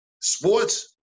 sports